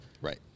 Right